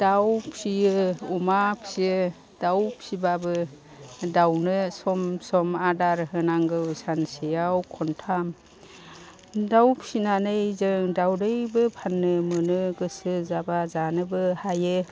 दाउ फिसियो अमा फिसियो दाउ फिसिबाबो दाउनो सम सम आदार होनांगौ सानसेयाव खनथाम दाउ फिसिनानै जों दावदैबो फाननो मोनो गोसो जाबा जानोबो हायो